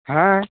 হ্যাঁ